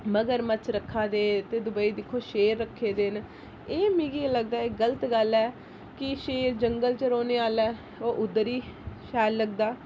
मगरमच्छ रक्खे दे ते दुबेई दिक्खो शेर रक्खे दे न एह् मिगी एह् लगदा ऐ कि गलत गल्ल ऐ कि शेर जंगल च रौह्ने आह्ला ऐ ओह् उद्धर ही शैल लगदा